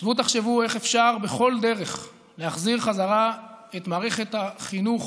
שבו ותחשבו איך אפשר בכל דרך להחזיר בחזרה את מערכת החינוך